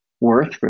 Worth